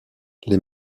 les